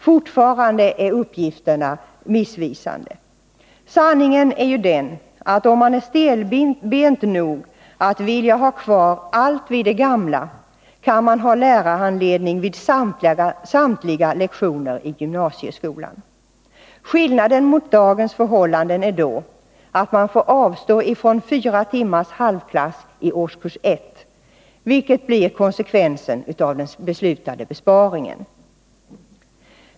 Fortfarande är uppgifterna missvisande. Sanningen är ju den att om man är stelbent nog att vilja ha kvar allt vid det gamla kan man ha lärarhandledning vid samtliga lektioner i gymnasieskolan. Skillnaden mot dagens förhållanden är då att man får avstå från fyra timmars halvklass i årskurs 1, vilket blir konsekvensen av den beslutade besparingen.